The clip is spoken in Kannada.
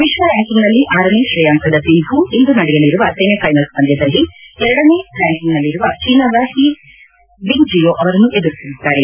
ವಿಶ್ವ ರ್ಹಾಂಕಿಂಗ್ನಲ್ಲಿ ಆರನೇ ಶ್ರೇಯಾಂಕದಿಿಂಧು ಇಂದು ನಡೆಯಲಿರುವ ಸೆಮಿಫೈನಲ್ಲ್ ಪಂದ್ಯದಲಿ ಎರಡನೇ ರ್ಹಾಂಕಿಂಗ್ನಲ್ಲಿರುವ ಚೀನಾದ ಹಿ ಬಿಂಗ್ಜಿಯೋ ಅವರನ್ನು ಎದುರಿಸಲಿದ್ದಾರೆ